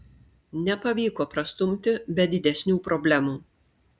nepavyko prastumti be didesnių problemų